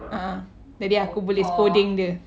a'ah jadi aku boleh skodeng dia